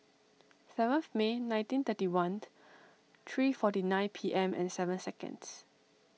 seventh May nineteen thirty one three forty nine P M and seven seconds